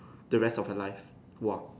the rest of your life !wah!